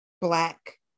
Black